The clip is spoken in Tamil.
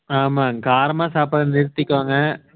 ஆமாங்க காரமாக சாப்பிட்றத நிறுத்திக்கங்க